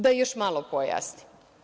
Da još malo pojasnim.